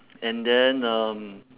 and then um